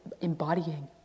embodying